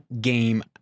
Game